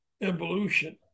evolution